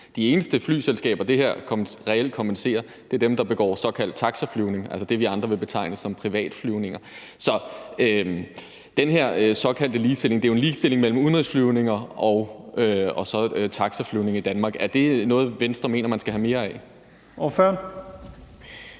De eneste flyselskaber, det her reelt kompenseres, er dem, der bedriver såkaldt taxaflyvning, altså det, vi andre vil betegne som privatflyvninger. Så den her såkaldte ligestilling er jo en ligestilling mellem udenrigsflyvninger og taxaflyvninger i Danmark. Er det noget, Venstre mener man skal have mere af? Kl.